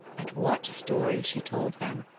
and what stories she told them!